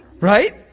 right